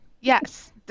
yes